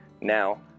Now